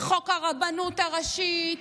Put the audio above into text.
חוק הרבנות הראשית,